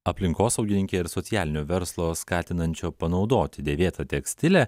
aplinkosaugininkė ir socialinio verslo skatinančio panaudoti dėvėta tekstilę